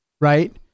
right